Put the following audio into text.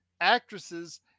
actresses